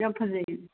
ꯌꯥꯝ ꯐꯖꯩꯌꯦ